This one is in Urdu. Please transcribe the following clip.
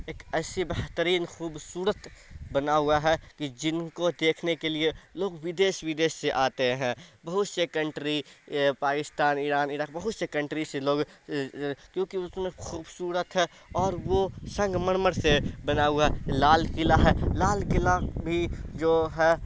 ایک ایسی بہترین خوبصورت بنا ہوا ہے کہ جن کو دیکھنے کے لیے لوگ ودیس ودیس سے آتے ہیں بہت سے کنٹری پاکستان ایران عراق بہت سے کنٹری سے لوگ کیونکہ اس میں خوبصورت ہے اور وہ سنگ مرمر سے بنا ہوا ہے لال قلعہ ہے لال قلعہ بھی جو ہے